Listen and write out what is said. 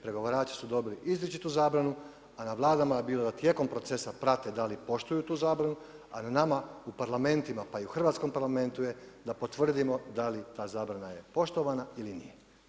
Pregovarači su dobili izričitu zabranu, a na vladama je bilo da tijekom procesa prate da li poštuju tu zabranu, a na nama u parlamentima, pa i u hrvatskom Parlamentu je da potvrdimo da li ta zabrana je poštovana ili nije.